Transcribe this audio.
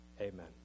Amen